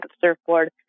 surfboard